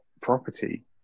property